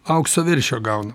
aukso veršio gauna